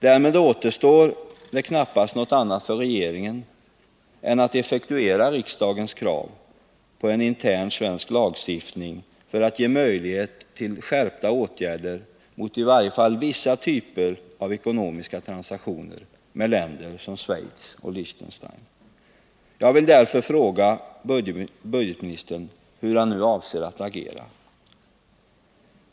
Därmed återstår det knappast något annat för regeringen än att effektuera riksdagens krav på en intern svensk lagstiftning för att ge möjlighet till skärpta åtgärder mot i varje fall vissa typer av ekonomiska transaktioner med länder som Schweiz och Liechtenstein. Jag vill därför fråga budgetministern hur han nu avser att agera.